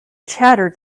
chattered